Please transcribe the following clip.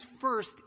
first